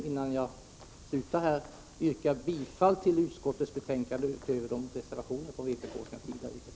Jag vill slutligen yrka bifall till de reservationer som avgivits från vpk:s sida och i övrigt bifall till utskottets hemställan.